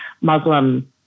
Muslim